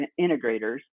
integrators